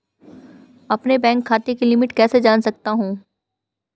अपने बैंक खाते की लिमिट कैसे जान सकता हूं?